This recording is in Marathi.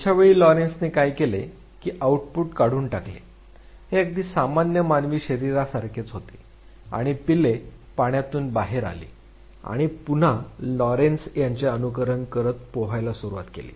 पुढच्या वेळी लोरेन्झने काय केले कि आउटपुट काढून टाकले हे अगदी सामान्य मानवी शरीरासारखेच होते आणि पिल्ले पाण्यातून बाहेर आली आणि पुन्हा लॉरेन्झ यांचे अनुकरण करत पोहायला सुरुवात केली